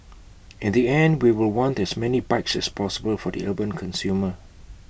in the end we will want as many bikes as possible for the urban consumer